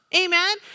Amen